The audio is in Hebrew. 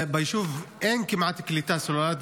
ביישוב אין כמעט קליטה סלולרית,